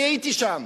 אני הייתי שם,